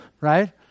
right